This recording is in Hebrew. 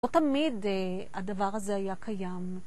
לא תמיד הדבר הזה היה קיים.